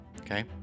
Okay